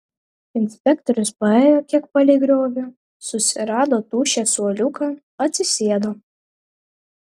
inspektorius paėjo kiek palei griovį susirado tuščią suoliuką atsisėdo